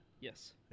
Yes